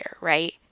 right